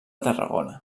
tarragona